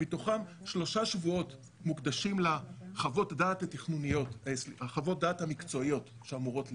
מתוכם שלושה שבועות מוקדשים לחוות דעת המקצועיות שאמורות להיות.